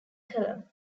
column